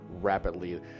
rapidly